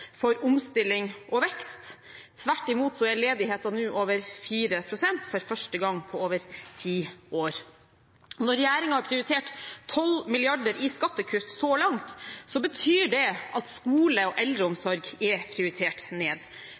for omstilling og vekst. Tvert imot er ledigheten nå over 4 pst. for første gang på over ti år. Når regjeringen har prioritert 12 mrd. kr i skattekutt så langt, betyr det at skole og eldreomsorg er prioritert ned.